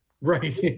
right